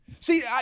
See